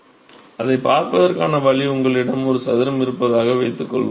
மாணவர் அதைப் பார்ப்பதற்கான வழி உங்களிடம் ஒரு சதுரம் இருப்பதாக வைத்துக்கொள்வோம்